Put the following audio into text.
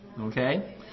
Okay